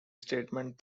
statement